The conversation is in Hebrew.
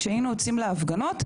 כשהיינו יוצאים להפגנות,